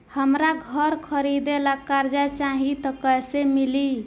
हमरा घर खरीदे ला कर्जा चाही त कैसे मिली?